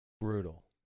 brutal